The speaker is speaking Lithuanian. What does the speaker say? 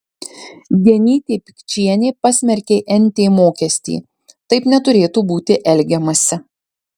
genytė pikčienė pasmerkė nt mokestį taip neturėtų būti elgiamasi